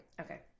okay